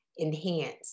enhance